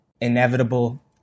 inevitable